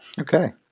Okay